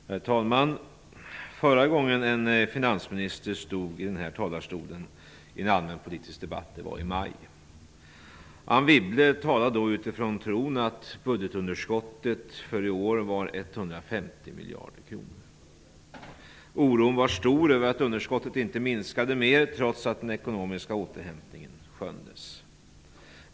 Herr talman! Förra gången en finansminister stod i den här talarstolen i en allmänpolitisk debatt var i maj. Anne Wibble talade då utifrån tron att budgetunderskottet för i år var 150 miljarder kronor. Oron var stor över att underskottet inte minskade mer, trots att den ekonomiska återhämtningen skönjdes.